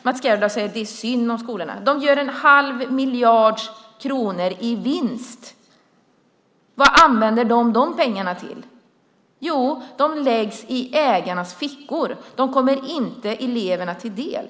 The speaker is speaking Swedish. Mats Gerdau säger att det är synd om skolorna. De gör en halv miljard kronor i vinst. Vad används de pengarna till? Jo, de läggs i ägarnas fickor. De kommer inte eleverna till del.